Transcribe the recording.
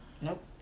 Nope